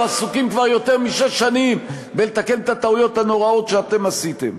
אנחנו עסוקים כבר יותר משש שנים בלתקן את הטעויות הנוראיות שאתם עשיתם.